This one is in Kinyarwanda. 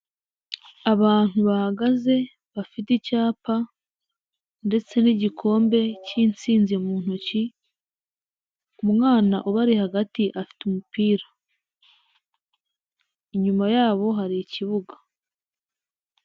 Abantu bahagaze bafite icyapa ndetse n'igikombe cy'insinzi mu ntoki umwana ubari hagati afite umupira, inyuma yabo hari ikibuga.